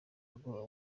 ngo